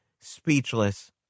speechless